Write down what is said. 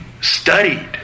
studied